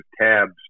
tabs